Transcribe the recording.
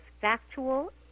factual